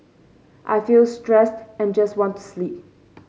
I feel stressed and just want to sleep